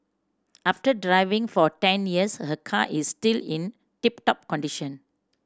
after driving for ten years her car is still in tip top condition